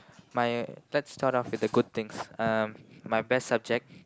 my let's start off with the good things um my best subject